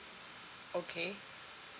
okay